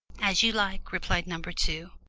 as you like, replied number two.